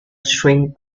string